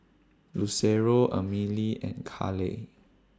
Lucero Amelie and Caleigh